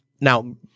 now